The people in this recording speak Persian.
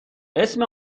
اسم